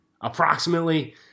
approximately